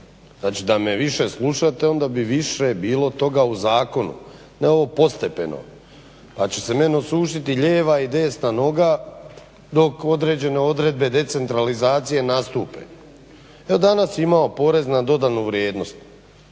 da me više slušate onda bi više bilo toga u zakonu, ne ovo postepeno, ali će se meni osušiti lijeva i desna noga dok određene odredbe decentralizacije nastupe. Evo danas imamo PDV. Mogli smo jednostavno